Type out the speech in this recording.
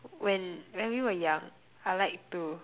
when when we were young I like to